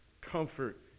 comfort